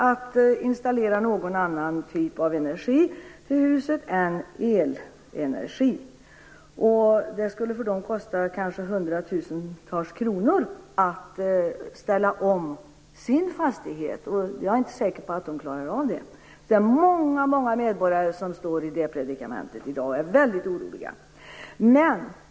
att installera någon annan typ av energi än elenergi i huset. Det skulle kosta dem kanske hundratusentals kronor att ställa om sin fastighet, och jag är inte säker på att de klarar av det. Många medborgare är i det predikamentet i dag, och de är väldigt oroliga.